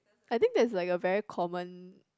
I think that's like a very common